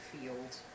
field